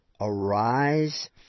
arise